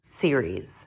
series